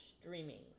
streaming